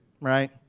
right